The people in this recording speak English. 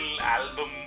album